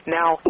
now